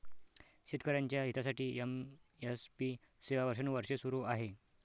शेतकऱ्यांच्या हितासाठी एम.एस.पी सेवा वर्षानुवर्षे सुरू आहे